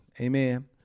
Amen